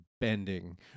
bending